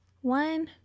One